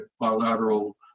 bilateral